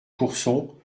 courson